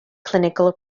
clinical